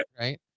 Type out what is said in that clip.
right